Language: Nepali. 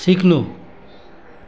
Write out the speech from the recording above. सिक्नु